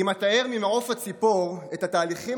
אם אתאר ממעוף הציפור את התהליכים